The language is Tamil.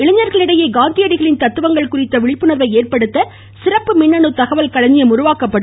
இளைஞர்கள் இடையே காந்தியடிகளின் தத்துவங்கள் குறித்து விழிப்புணர்வு ஏற்படுத்த சிறப்பு மின்னணு தகவல் களஞ்சியம் உருவாக்கப்படும்